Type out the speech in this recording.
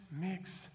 mix